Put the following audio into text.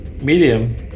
medium